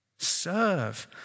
Serve